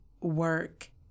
work